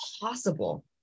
possible